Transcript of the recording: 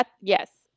Yes